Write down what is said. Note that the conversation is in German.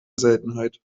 seltenheit